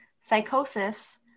psychosis